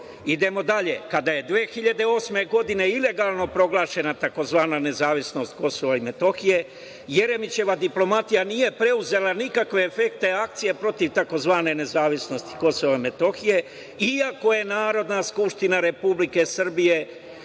KiM.Idemo dalje. Kada je 2008. godine ilegalno proglašena tzv. nezavisnost KiM, Jeremićeva diplomatija nije preuzela nikakve efektne akcije protiv tzv. nezavisnosti KiM, iako je Narodna skupština Republike Srbije